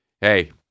hey